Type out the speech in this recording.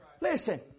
Listen